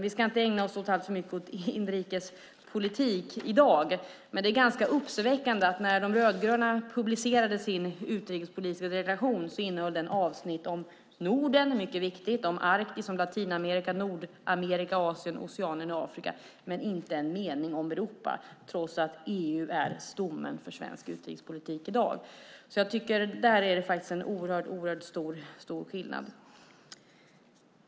Vi ska inte ägna oss alltför mycket åt inrikespolitik i dag, men det är ganska uppseendeväckande att när De rödgröna publicerade sin utrikespolitiska deklaration innehöll den avsnitt om Norden, mycket viktigt, om Arktis, om Latinamerika, om Nordamerika, om Asien, om Oceanien och om Afrika men inte en mening om Europa trots att EU är stommen för svensk utrikespolitik i dag. Där är det faktiskt en stor skillnad.